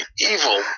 evil